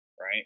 Right